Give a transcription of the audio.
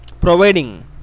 providing